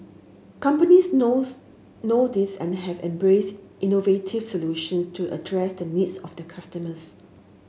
companies knows know this and have embraced innovative solutions to address the needs of the customers